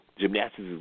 Gymnastics